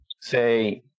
say